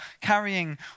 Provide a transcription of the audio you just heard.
carrying